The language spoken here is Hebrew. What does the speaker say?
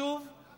שוב